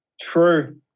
True